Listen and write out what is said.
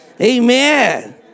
Amen